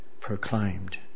Proclaimed